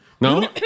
No